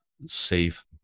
safe